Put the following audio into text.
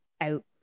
out